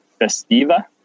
Festiva